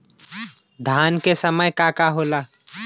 धान के समय का का होला?